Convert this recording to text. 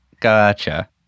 Gotcha